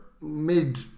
mid